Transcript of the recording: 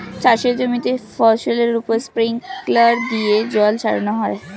চাষের জমিতে ফসলের উপর স্প্রিংকলার দিয়ে জল ছড়ানো হয়